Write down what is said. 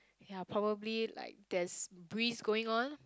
ya probably like there's breeze going on